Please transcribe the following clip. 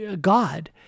God